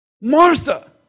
Martha